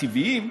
הטבעיים,